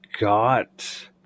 got